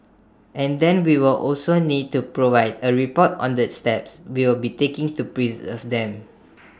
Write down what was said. and then we will also need to provide A report on the steps we will be taking to preserve them